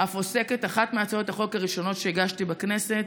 אף עוסקת אחת מהצעות החוק הראשונות שהגשתי בכנסת,